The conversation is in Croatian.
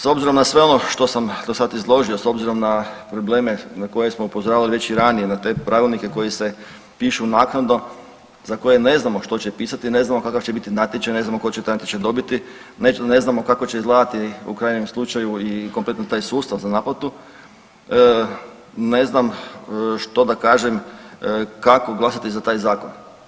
S obzirom na sve ono što sam do sad izložio, s obzirom na probleme na koje smo upozoravali već i ranije na te pravilnike koji se pišu naknadno, za koje ne znamo što će pisati, ne znamo kakav će biti natječaj, ne znam tko će taj natječaj dobiti, ne znamo kako će izgledati u krajnjem slučaju i kompletno taj sustav za naplatu, ne znam što da kažem kako glasati za taj zakon.